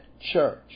church